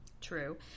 true